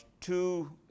two